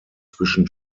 zwischen